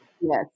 yes